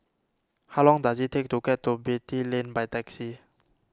how long does it take to get to Beatty Lane by taxi